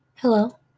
Hello